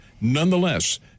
Nonetheless